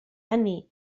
hynny